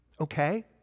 Okay